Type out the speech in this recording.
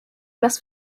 must